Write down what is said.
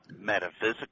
metaphysical